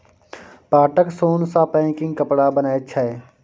पाटक सोन सँ पैकिंग कपड़ा बनैत छै